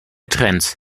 trends